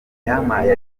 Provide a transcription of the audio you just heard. yampaye